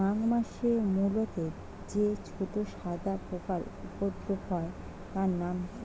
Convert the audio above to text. মাঘ মাসে মূলোতে যে ছোট সাদা পোকার উপদ্রব হয় তার নাম কি?